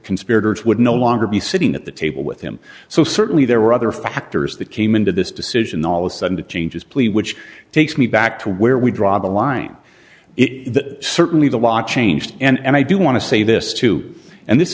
conspirators would no longer be sitting at the table with him so certainly there were other factors that came into this decision all of a sudden to change his plea which takes me back to where we draw the line it that certainly the law changed and i do want to say this too and this